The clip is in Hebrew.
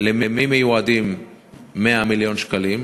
למי מיועדים 100 מיליון השקלים?